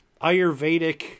ayurvedic